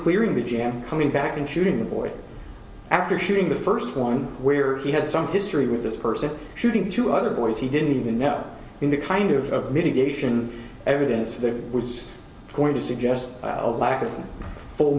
clearing the jam coming back and shooting the boy after shooting the st one where he had some history with this person shooting two other boys he didn't even know in the kind of mitigation evidence that was going to suggest a lack of full